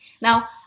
Now